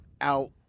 out